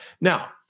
Now